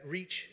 Reach